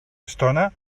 estona